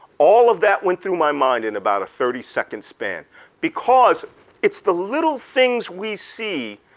all of that went through my mind in about a thirty second span because it's the little things we see